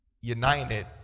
United